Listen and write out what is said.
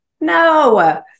No